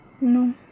No